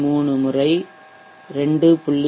3 முறை 2